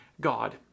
God